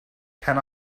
can